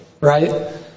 right